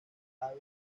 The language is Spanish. aves